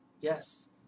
Yes